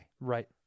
Right